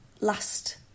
last